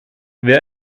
wer